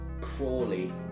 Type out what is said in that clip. Crawley